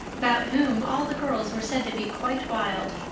about whom all the girls were said to be quite wild.